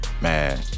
man